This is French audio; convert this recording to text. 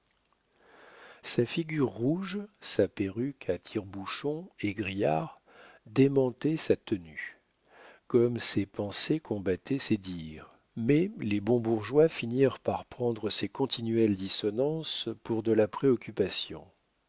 sa figure rouge sa perruque à tire-bouchons égrillards démentaient sa tenue comme ses pensées combattaient ses dires mais les bons bourgeois finirent par prendre ces continuelles dissonances pour de la préoccupation